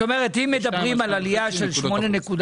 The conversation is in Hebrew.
זאת אומרת שאם מדברים על עלייה של 8.2%,